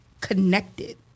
connected